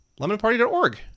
Lemonparty.org